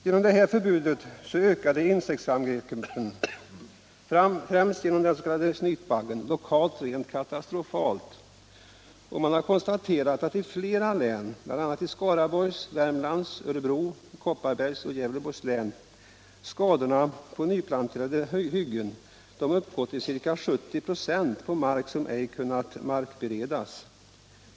Genom detta förbud ökade insektsangreppen, främst av den s.k. snytbaggen, lokalt rent katastrofalt. Man har konstaterat att i flera län, bl.a. i Kopparbergs, Värmlands, Örebro och Gävleborgs län, skadorna på nyplanterade hyggen uppgår till ca 70 96 på mark som ej kunnat markberedas.